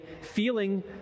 feeling